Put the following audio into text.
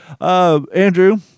Andrew